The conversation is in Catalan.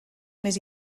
més